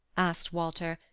asked walter,